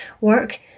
work